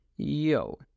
Yo